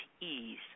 ease